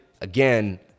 again